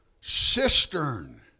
cistern